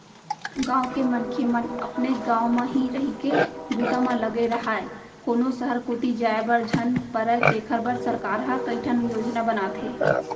गाँव के मनखे मन अपनेच गाँव म ही रहिके बूता म लगे राहय, कोनो सहर कोती जाय बर झन परय तेखर बर सरकार ह कइठन योजना बनाथे